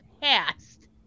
past